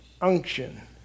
unction